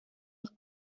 los